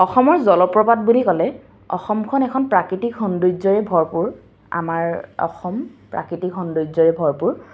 অসমৰ জলপ্ৰপাত বুলি ক'লে অসমখন এখন প্ৰাকৃতিক সৌন্দৰ্যৰে ভৰপূৰ আমাৰ অসম প্ৰাকৃতিক সৌন্দৰ্যৰে ভৰপূৰ